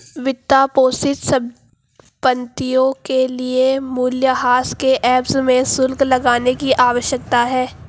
वित्तपोषित संपत्तियों के लिए मूल्यह्रास के एवज में शुल्क लगाने की आवश्यकता है